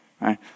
Right